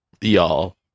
y'all